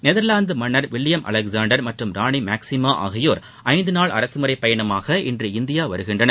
Netherlands மன்னர் William Alexander மற்றும் ராணி மேக்ஸிமா ஆகியோர் ஐந்து நாள் அரசுமுறை பயணமாக இன்று இந்தியா வருகின்றனர்